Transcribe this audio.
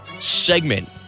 segment